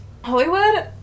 Hollywood